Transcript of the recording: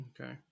okay